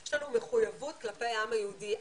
יש לנו מחויבות כלפי העם היהודי.